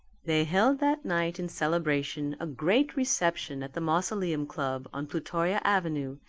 they held that night in celebration a great reception at the mausoleum club on plutoria avenue,